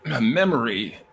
memory